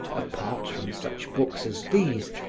apart from such books as these,